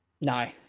No